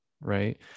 right